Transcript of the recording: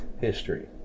history